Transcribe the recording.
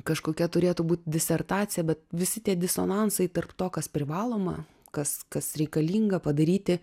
kažkokia turėtų būt disertacija bet visi tie disonansai tarp to kas privaloma kas kas reikalinga padaryti